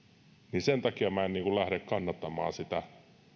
sen takia minä en lähde kannattamaan sitä